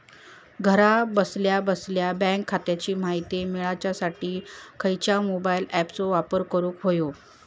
घरा बसल्या बसल्या बँक खात्याची माहिती मिळाच्यासाठी खायच्या मोबाईल ॲपाचो वापर करूक होयो?